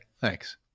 thanks